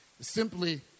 Simply